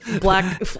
black